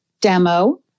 demo